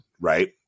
right